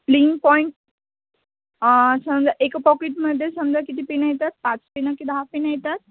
प्लिंगपॉईंट समजा एका पॉकेटमध्ये समजा किती पेनं येतात पाच पेनं की दहा पेनं येतात